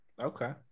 Okay